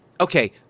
okay